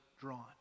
drawn